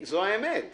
זו האמת.